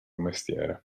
mestiere